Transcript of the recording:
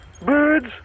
birds